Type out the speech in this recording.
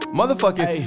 motherfucking